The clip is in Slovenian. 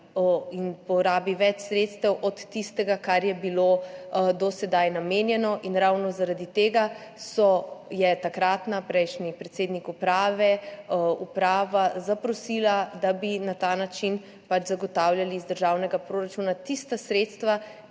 in porabi več sredstev od tistega, kar je bilo do sedaj namenjeno. In ravno zaradi tega sta takratni, torej prejšnji, predsednik uprave in uprava zaprosila, da bi na ta način pač zagotavljali iz državnega proračuna tista sredstva,